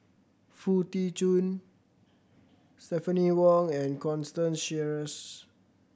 Foo Tee Jun Stephanie Wong and Constance Sheares